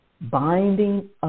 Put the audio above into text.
binding